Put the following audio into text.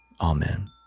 Amen